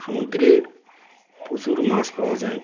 সমুদ্রের প্রচুর মাছ পাওয়া যায়